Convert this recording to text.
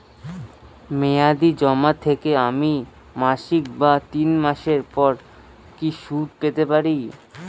মেয়াদী জমা থেকে আমি মাসিক বা তিন মাস পর কি সুদ পেতে পারি?